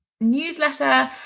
Newsletter